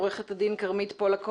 עו"ד כרמית פולק כהן,